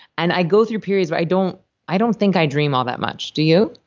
and i go through periods where i don't i don't think i dream all that much. do you?